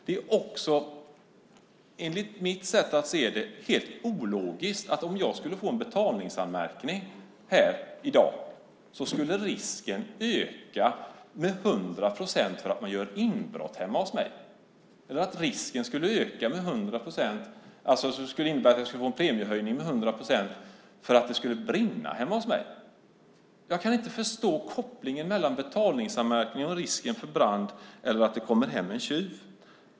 Det är också, enligt mitt sätt att se det, helt ologiskt att om jag får en betalningsanmärkning i dag skulle risken för att man gör inbrott eller att det skulle brinna hemma hos mig öka med 100 procent. Jag skulle alltså få en premiehöjning på 100 procent. Jag kan inte förstå kopplingen mellan betalningsanmärkningen och risken för brand eller risken att det kommer en tjuv.